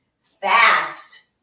Fast